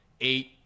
eight